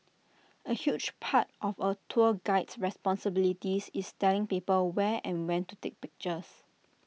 A huge part of A tour guide's responsibilities is telling people where and when to take pictures